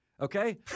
okay